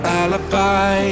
alibi